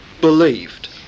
believed